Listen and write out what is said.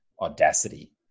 audacity